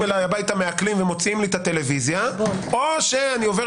אלי הביתה מעקלים ומוציאים לי את הטלוויזיה או שאני עובר